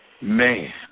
Man